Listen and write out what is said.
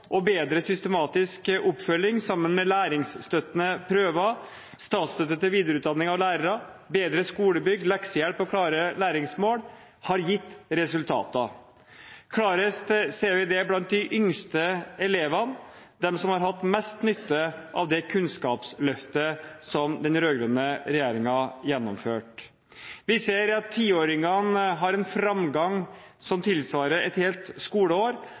og bedre systematisk oppfølging, sammen med læringsstøttende prøver, statsstøtte til videreutdanning av lærere, bedre skolebygg, leksehjelp og klare læringsmål har gitt resultater. Klarest ser vi det blant de yngste elevene, de som har hatt mest nytte av det kunnskapsløftet den rød-grønne regjeringen gjennomførte. Vi ser at tiåringene har en framgang som tilsvarer et helt skoleår,